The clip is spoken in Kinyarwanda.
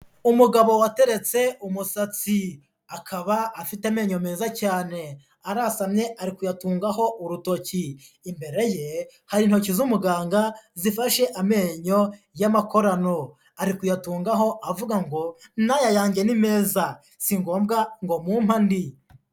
Umugabo wateretse umusatsi akaba afite amenyo meza cyane, arasamye ari kuyatungaho urutoki, imbere ye hari intoki z'umuganga zifashe amenyo y'amakorano, ari kuyatungaho avuga ngo n'aya yanjye ni meza si ngombwa ngo mumpe andi.